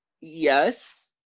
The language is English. yes